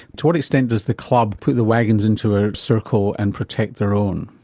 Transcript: to what extent does the club put the wagons into a circle and protect their own?